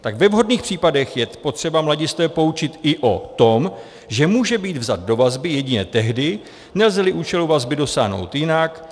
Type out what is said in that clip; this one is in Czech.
Tak ve vhodných případech je potřeba mladistvého poučit i o tom, že může být vzat do vazby jedině tehdy, nelzeli účelu vazby dosáhnout jinak.